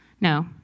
no